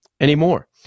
anymore